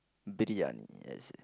briyani yes